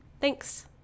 Thanks